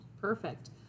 Perfect